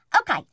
Okay